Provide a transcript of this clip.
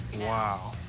wow,